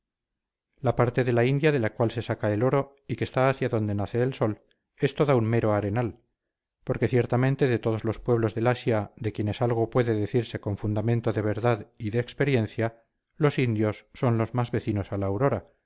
la parte de la india de la cual se saca el oro y que está hacia donde nace el sol es toda un mero arenal porque ciertamente de todos los pueblos del asia de quienes algo puede decirse con fundamento de verdad y de experiencia los indios son los más vecinos a la aurora